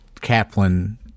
Kaplan